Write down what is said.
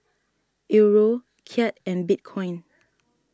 Euro Kyat and Bitcoin